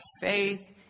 faith